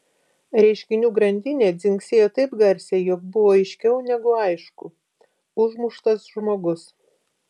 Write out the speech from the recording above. reiškinių grandinė dzingsėjo taip garsiai jog buvo aiškiau negu aišku užmuštas žmogus